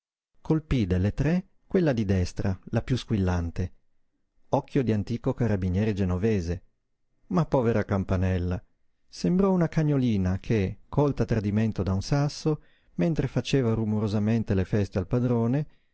colpí delle tre quella di destra la piú squillante occhio di antico carabiniere genovese ma povera campanella sembrò una cagnolina che colta a tradimento da un sasso mentre faceva rumorosamente le feste al padrone